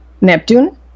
Neptune